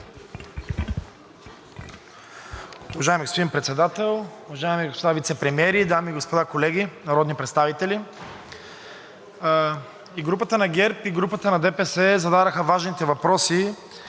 Уважаеми господин Председател, уважаеми господа вицепремиери, дами и господа, колеги народни представители! И групата на ГЕРБ, и групата на ДПС зададоха важните въпроси